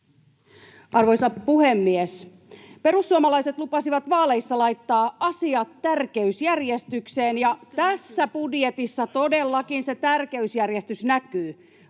Arvoisa puhemies! Perussuomalaiset lupasivat vaaleissa laittaa asiat tärkeysjärjestykseen, ja tässä budjetissa todellakin se tärkeysjärjestys näkyy.